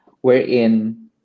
wherein